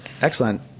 Excellent